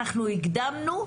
אנחנו הקדמנו,